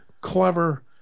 clever